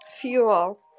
fuel